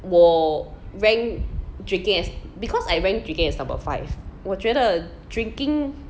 我 rank drinking as because I rank as drinking number five 我觉得 drinking